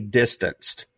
distanced